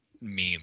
meme